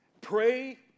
Pray